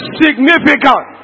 significant